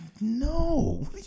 No